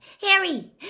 Harry